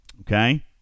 Okay